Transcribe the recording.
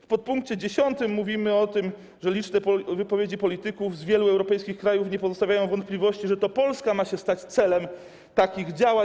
W pkt 10 mówimy o tym, że liczne wypowiedzi polityków z wielu europejskich krajów nie pozostawiają wątpliwości, że to Polska ma się stać celem takich działań.